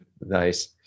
Nice